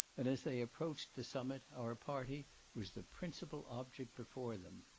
and as they approached the summit, our party was the principal object before them.